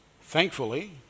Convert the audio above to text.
Thankfully